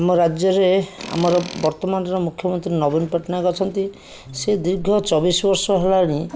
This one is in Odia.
ଆମ ରାଜ୍ୟରେ ଆମର ବର୍ତ୍ତମାନର ମୁଖ୍ୟମନ୍ତ୍ରୀ ନବୀନ ପଟ୍ଟନାୟକ ଅଛନ୍ତି ସେ ଦୀର୍ଘ ଚବିଶ ବର୍ଷ ହେଲାଣି